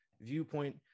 viewpoint